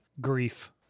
Grief